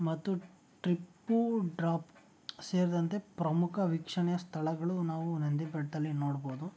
ಮತ್ತು ಟಿಪ್ಪು ಡ್ರಾಪ್ ಸೇರಿದಂತೆ ಪ್ರಮುಖ ವೀಕ್ಷಣೆಯ ಸ್ಥಳಗಳು ನಾವು ನಂದಿ ಬೆಟ್ಟದಲ್ಲಿ ನೋಡ್ಬೋದು